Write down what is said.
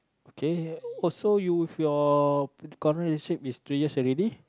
okay also you with your uh current relationship is three years already